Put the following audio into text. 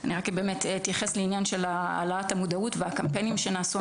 אני אתייחס לעניין של העלאת המודעות והקמפיינים שנעשו,